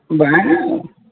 ᱵᱟᱝ